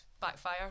backfire